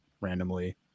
randomly